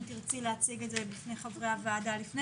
אם תרצי להציג את זה בפני חברי הוועדה לפני